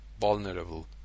vulnerable